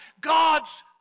God's